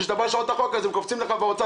כשאתה בא לשנות את החוק אז הם קופצים לך בהוצאה.